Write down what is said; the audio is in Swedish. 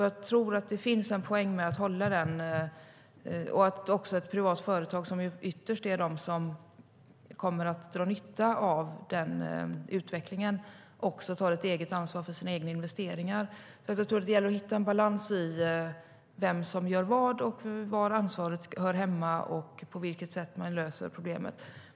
Jag tror att det finns en poäng med detta och att ett privat företag som ytterst kommer att dra nytta av denna utveckling också tar ett eget ansvar för sina egna investeringar. Jag tror därför att det gäller att hitta en balans i vem som gör vad, var ansvaret hör hemma och på vilket sätt man löser problemet.